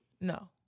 No